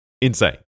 Insane